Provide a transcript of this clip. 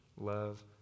love